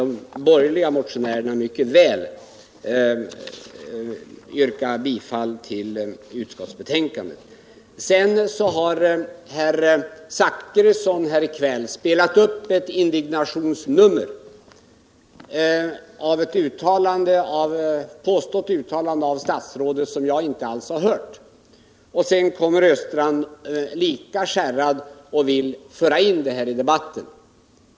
De borgerliga motionärerna kan därför mycket väl yrka bifall till utskottets hemställan. Bertil Zachrisson har i kväll spelat upp ett indignationsnummer på ett påstått uttalande av statsrådet som jag inte har hört. Sedan kom Olle Östrand lika skärrad och ville föra in samma sak i debatten.